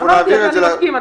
אני מסכים.